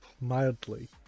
mildly